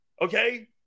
Okay